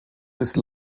ist